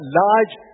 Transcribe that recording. large